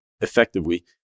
effectively